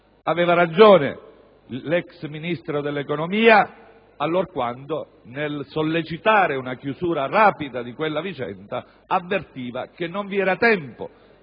Aveva ragione l'ex Ministro dell'economia allorquando, nel sollecitare una chiusura rapida di quella vicenda, avvertiva che il tempo